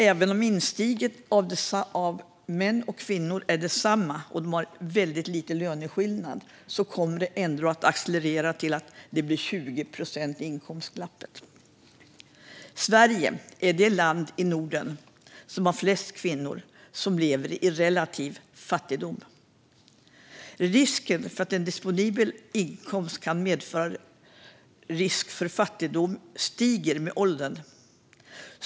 Även om ingångslönen för män och kvinnor är densamma och löneskillnaden är väldigt liten kommer det ändå att accelerera till ett inkomstglapp på 20 procent. Sverige är det land i Norden som har flest kvinnor som lever i relativ fattigdom. Risken för att den disponibla inkomsten kan medföra fattigdom stiger med åldern.